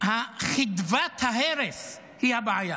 חדוות ההרס היא הבעיה.